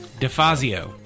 DeFazio